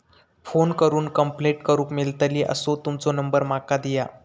Phone करून complaint करूक मेलतली असो तुमचो नंबर माका दिया?